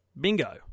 bingo